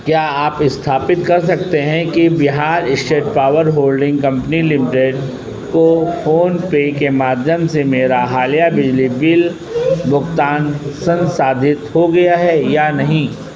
क्या आप स्थापित कर सकते हैं कि Bihar state power holding company limited को फोनपे के माध्यम से मेरा हालिया बिजली बिल भुगतान संसाधित हो गया है या नहीं